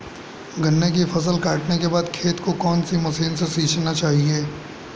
गन्ने की फसल काटने के बाद खेत को कौन सी मशीन से सींचना चाहिये?